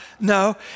no